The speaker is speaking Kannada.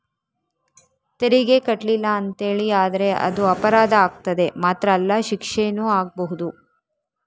ತೆರಿಗೆ ಕಟ್ಲಿಲ್ಲ ಅಂತೇಳಿ ಆದ್ರೆ ಅದು ಅಪರಾಧ ಆಗ್ತದೆ ಮಾತ್ರ ಅಲ್ಲ ಶಿಕ್ಷೆನೂ ಆಗ್ಬಹುದು